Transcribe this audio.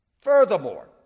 Furthermore